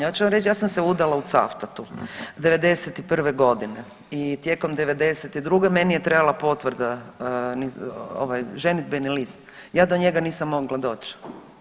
Ja ću vam reći ja sam se udala u Cavtatu '91. godine i tijekom '92. meni je trebala potvrda ovaj ženidbeni list, ja do njega nisam mogla doći.